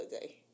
day